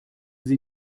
sie